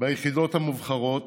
ביחידות המובחרות,